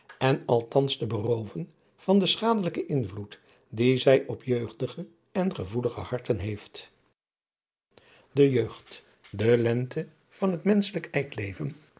en althans te berooven van den schadelijken invloed dien zij op jeugdige en gevoelige harten heeft de jeugd de lente van het menschel ijkleven